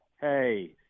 Hey